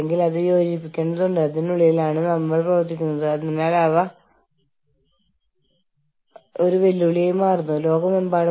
അല്ലെങ്കിൽ അത് നമ്മുടെ അന്തർദേശീയ യൂണിയനുകൾ എന്ന നിലയിലുള്ള അന്തർദേശീയ വിലപേശൽ ശക്തിയെ പിൻവലിക്കുകയോ വെട്ടിക്കുറയ്ക്കുകയോ ചെയ്യാം